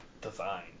design